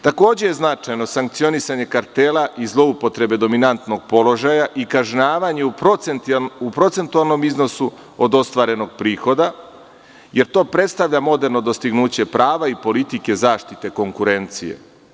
Takođe je značajno sankcionisanje kartela i zloupotrebe dominantnog položaja i kažnjavanje u procentualnom iznosu od ostvarenog prihoda, jer to predstavlja moderno dostignuće prava i politike zaštite konkurencije.